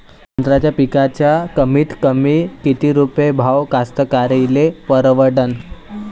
संत्र्याचा पिकाचा कमीतकमी किती रुपये भाव कास्तकाराइले परवडन?